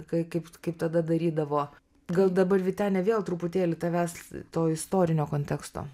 kai kaip kaip tada darydavo gal dabar vytene vėl truputėlį tavęs to istorinio konteksto